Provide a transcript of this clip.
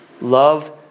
Love